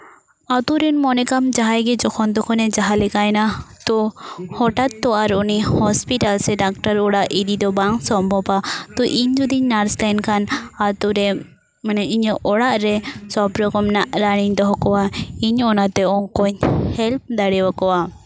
ᱟᱛᱳᱨᱮᱱ ᱢᱚᱱᱮ ᱠᱟᱢ ᱡᱟᱦᱟᱸᱭ ᱜᱮ ᱡᱚᱠᱷᱚᱱ ᱛᱚᱠᱷᱚᱱᱮ ᱡᱟᱦᱟᱸ ᱞᱮᱠᱟᱭᱮᱱᱟ ᱛᱚ ᱦᱚᱴᱟᱛ ᱛᱚ ᱟᱨ ᱩᱱᱤ ᱦᱚᱥᱯᱤᱴᱟᱞ ᱥᱮ ᱰᱟᱠᱛᱟᱨ ᱚᱲᱟᱜ ᱤᱫᱤ ᱫᱚ ᱵᱟᱝ ᱥᱚᱢᱵᱷᱚᱵᱟ ᱛᱚ ᱤᱧ ᱡᱩᱫᱤᱧ ᱱᱟᱨᱥ ᱞᱮᱱᱠᱷᱟᱱ ᱟᱛᱳᱨᱮ ᱢᱟᱱᱮ ᱤᱧᱟᱹᱜ ᱚᱲᱟᱜ ᱨᱮ ᱥᱚᱵᱽ ᱨᱚᱠᱚᱢ ᱨᱮᱱᱟᱜ ᱨᱟᱱ ᱤᱧ ᱫᱚᱦᱚ ᱠᱚᱣᱟ ᱤᱧ ᱚᱱᱟᱛᱮ ᱩᱱᱠᱩᱧ ᱦᱮᱞᱯ ᱫᱟᱲᱮᱭᱟᱠᱚᱣᱟ